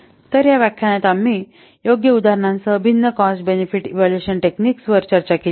तर या व्याख्यानात आम्ही योग्य उदाहरणासह भिन्न कॉस्ट बेनेफिट इव्हॅल्युएशन टेकनिक्स वर चर्चा केली आहे